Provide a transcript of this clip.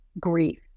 grief